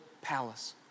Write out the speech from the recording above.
palace